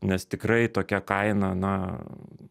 nes tikrai tokia kaina na